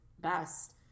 best